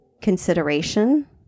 consideration